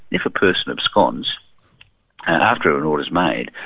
if a person absconds after an order is made,